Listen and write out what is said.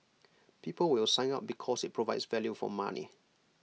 people will sign up because IT provides value for money